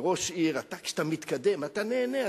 כראש עיר, כשאתה מתקדם אתה נהנה.